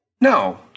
No